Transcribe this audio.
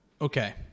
Okay